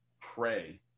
pray